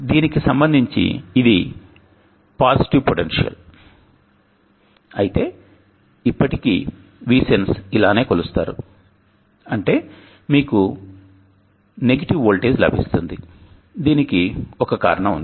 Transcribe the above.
దీనికి సంబంధించి ఇది పాజిటివ్ పొటెన్షియల్ అయితే ఇప్పటికీ VSENSE ఇలానే కొలుస్తారు అంటే మీకు ప్రతికూల వోల్టేజ్ లభిస్తుంది దీనికి ఒక కారణం ఉంది